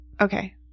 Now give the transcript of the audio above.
okay